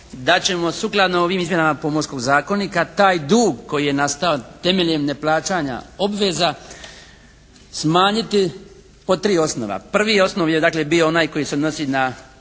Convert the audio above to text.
da ćemo sukladno ovim izmjenama Pomorskog zakonika taj dug koji je nastao temeljem neplaćanja obveza smanjiti po tri osnova. Prvi osnov je dakle bio onaj koji se odnosi na